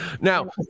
now